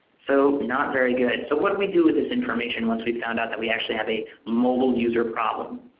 so not very good. so what did we do with this information once we found out that we actually have a mobile user problem?